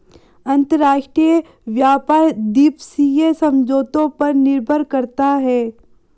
अंतरराष्ट्रीय व्यापार द्विपक्षीय समझौतों पर निर्भर करता है